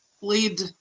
lead